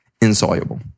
insoluble